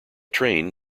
train